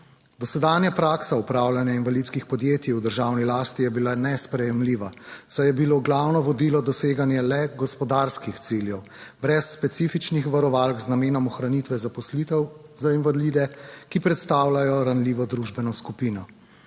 Dosedanja praksa upravljanja invalidskih podjetij v državni lasti je bila nesprejemljiva, saj je bilo glavno vodilo doseganje le gospodarskih ciljev brez specifičnih varovalk, z namenom ohranitve zaposlitev za invalide, ki predstavljajo ranljivo družbeno skupino.